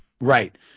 Right